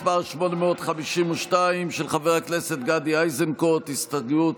מס' 852, של חבר הכנסת גדי איזנקוט, הסתייגות